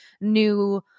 new